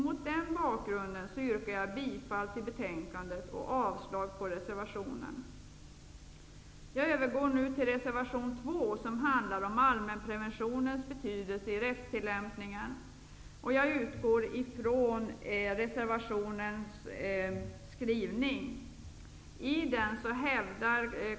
Mot den bakgrunden yrkar jag bifall till utskottets hemställan och avslag på reservationen. Jag övergår nu till reservation 2, som handlar om allmänpreventionens betydelse i rättstillämpningen. Jag utgår från skrivningen i reservationen.